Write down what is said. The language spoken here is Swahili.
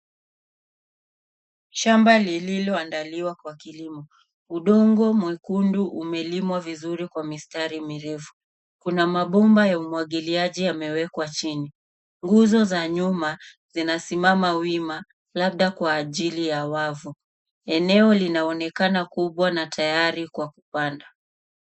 Shamba lililoandaliwa kwa kilimo, udongo mwekundu umelimwa vizuri kwa mistari mirefu. Kuna mabomba ya umwagiliaji yamewekwa chini, nguzo za nyuma zinasimama wima labda kwa ajili ya wavu. Eneo linaonekana kubwa na tayari kwa kupandwa.